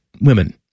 women